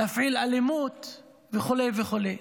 להפעיל אלימות וכו' וכו'.